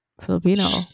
Filipino